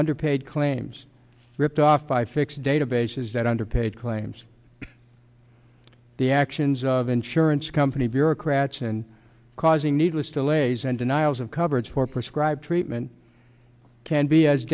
underpaid claims ripped off by fixed databases that underpaid claims the actions of insurance company bureaucrats and causing needless to laze and denials of coverage for prescribe treatment can be as